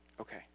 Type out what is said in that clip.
Okay